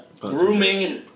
grooming